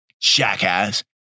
Jackass